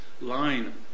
line